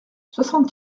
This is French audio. soixante